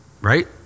Right